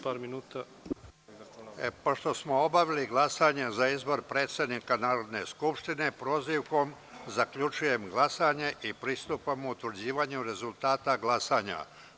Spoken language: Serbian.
Pošto smo obavili glasanje za izbor predsednika Narodne skupštine prozivkom, zaključujem glasanje i pristupamo utvrđivanju rezultata glasanja.